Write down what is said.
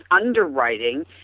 underwriting